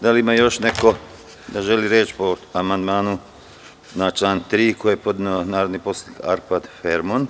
Da li ima još neko želi reč po amandmanu na član 3. koji je podneo narodni poslanik Arpad Fremond?